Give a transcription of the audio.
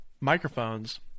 microphones